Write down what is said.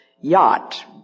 yacht